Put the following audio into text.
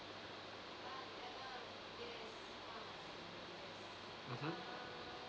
mmhmm